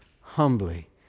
humbly